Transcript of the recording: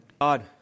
God